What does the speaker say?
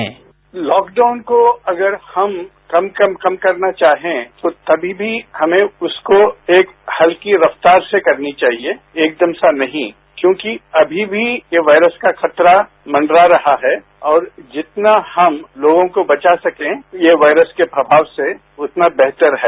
sound bite lockdown को अगर हम कम कम करना चाहे तो कभी भी हमें उसको एक हल्की रफ्तार से करनी चाहिए एकदम से नहीं क्योंकि अमी भी ये वायरस का खतरा मंडरा रहा है और जितना हम लोगों को बचा सके ये वायरस का खतरा से उतना बेहतर है